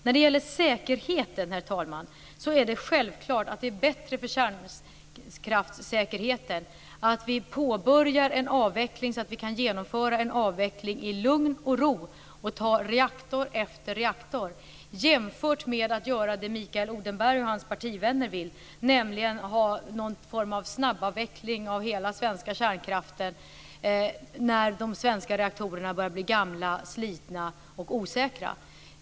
När det gäller säkerheten, herr talman, är det självklart att det är bättre för kärnkraftssäkerheten att vi påbörjar en avveckling så att vi kan genomföra den i lugn och ro och ta reaktor efter reaktor ur drift jämfört med att göra det som Mikael Odenberg och hans partivänner vill, nämligen ha någon form av snabbavveckling av hela den svenska kärnkraften när de svenska reaktorerna börjar bli gamla, slitna och osäkra.